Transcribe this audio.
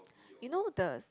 you know the